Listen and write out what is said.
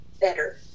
better